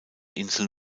insel